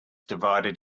divided